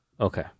Okay